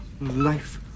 Life